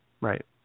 Right